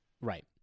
Right